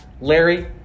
larry